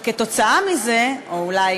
וכתוצאה מזה, או אולי